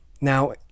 Now